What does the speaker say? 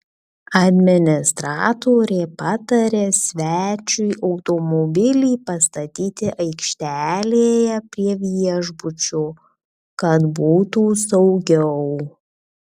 administratorė patarė svečiui automobilį pastatyti aikštelėje prie viešbučio kad būtų saugiau